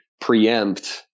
preempt